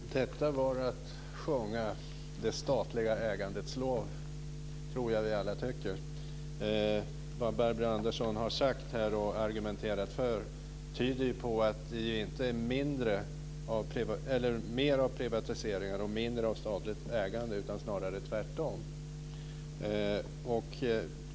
Herr talman! Detta var att sjunga det statliga ägandets lov, tror jag vi alla tycker. Vad Barbro Andersson Öhrn har sagt och argumenterat för tyder inte på mer privatisering och mindre statligt ägande, utan snarare tvärtom.